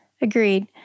Agreed